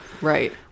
right